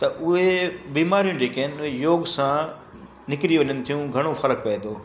त उहे बीमारियूं जेके आहिनि उहे योग सां निकिरी वञनि थियूं घणो फ़र्क़ु पए थो